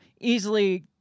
easily